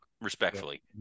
Respectfully